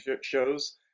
shows